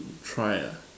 try ah